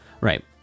Right